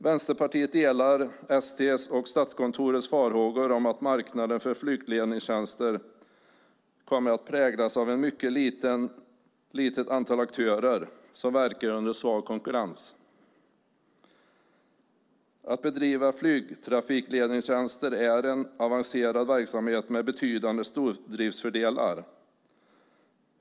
Vänsterpartiet delar ST:s och Statskontorets farhågor för att marknaden för flygledningstjänster kommer att präglas av ett mycket litet antal aktörer som verkar under svag konkurrens. Att bedriva flygtrafikledningstjänster är en avancerad verksamhet med betydande stordriftsfördelar.